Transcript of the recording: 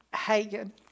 hagen